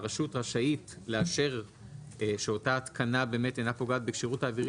שהרשות רשאית לאשר שאותה התקנה באמת אינה פוגעת בשירות האווירי